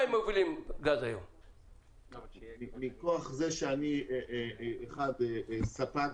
זה שאני ספק,